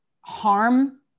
harm